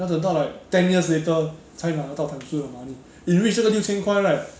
要等到 like ten years later 才拿得到 times two the money if reach 这个六千块 right